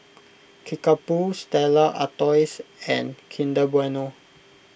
Kickapoo Stella Artois and Kinder Bueno